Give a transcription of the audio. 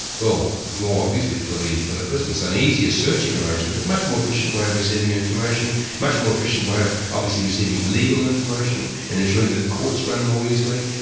well more obviously for the for the prisoners. an easier searching arrangement, a much more efficient way of receiving information, a much more efficient way of obviously receiving legal information and ensuring that courts run more easily.